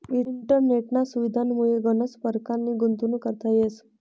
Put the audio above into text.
इंटरनेटना सुविधामुये गनच परकारनी गुंतवणूक करता येस